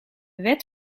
wet